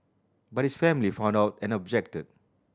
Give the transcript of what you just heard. but his family found out and objected